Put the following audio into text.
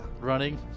Running